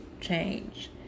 change